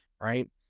right